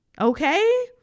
okay